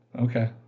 okay